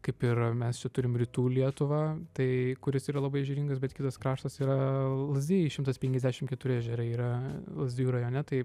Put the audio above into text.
kaip ir mes čia turim rytų lietuvą tai kuris yra labai ežeringas bet kitas kraštas yra lazdijai šimtas penkiasdešim keturi ežerai yra lazdijų rajone tai